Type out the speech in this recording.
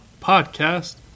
podcast